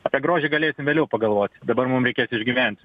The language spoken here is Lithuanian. apie grožį galėsim vėliau pagalvot dabar mum reikės išgyventi